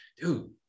dude